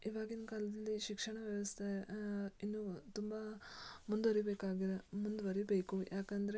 ಇವಾಗಿನ ಕಾಲದಲ್ಲಿ ಈ ಶಿಕ್ಷಣ ವ್ಯವಸ್ಥೆ ಇನ್ನೂ ತುಂಬ ಮುಂದುವರಿಬೇಕಾಗಿದೆ ಮುಂದುವರಿಬೇಕು ಯಾಕಂದರೆ